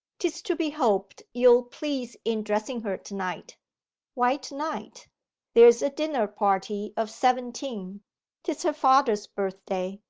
tis to be hoped you'll please in dressen her to-night why to-night there's a dinner-party of seventeen tis her father's birthday,